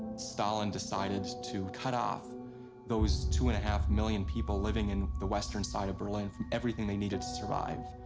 stalin decided to cut off those two and a half million people living in the western side of berlin from everything they needed to survive.